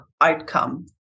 outcome